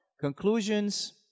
Conclusions